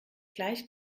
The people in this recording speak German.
gleich